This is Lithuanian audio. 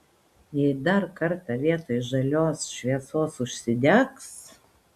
jeigu dar kartą vietoj žalios šviesos užsidegs